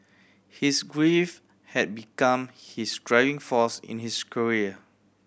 his grief had become his driving force in his career